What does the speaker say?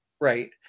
right